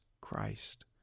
Christ